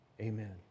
Amen